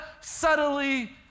subtly